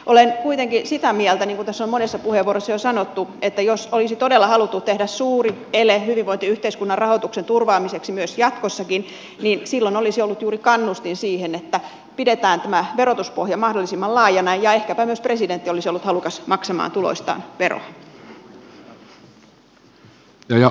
olen kuitenkin sitä mieltä niin kuin tässä on monessa puheenvuorossa jo sanottu että jos olisi todella haluttu tehdä suuri ele hyvinvointiyhteiskunnan rahoituksen turvaamiseksi myös jatkossa niin silloin olisi ollut juuri kannustin siihen että pidetään tämä verotuspohja mahdollisimman laajana ja ehkäpä myös presidentti olisi ollut halukas maksamaan tuloistaan veroa